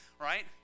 right